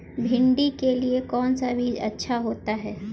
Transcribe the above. भिंडी के लिए कौन सा बीज अच्छा होता है?